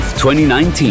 2019